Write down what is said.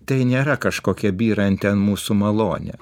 tai nėra kažkokia byranti ant mūsų malonė